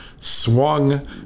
swung